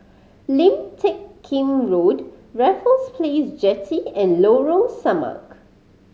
Lim Teck Kim Road Raffles Place Jetty and Lorong Samak